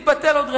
שתתבטל עוד רגע.